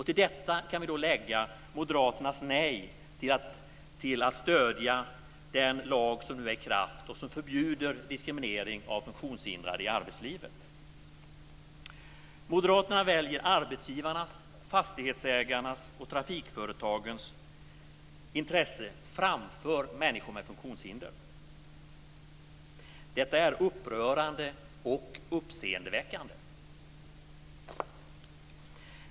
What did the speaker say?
Till detta kan vi lägga Moderaternas nej till att stödja den lag som nu är i kraft och som förbjuder diskriminering av funktionshindrade i arbetslivet. Moderaterna väljer arbetsgivarnas, fastighetsägarnas och trafikföretagens intressen framför människor med funktionshinder. Detta är upprörande och uppseendeväckande.